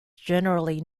generally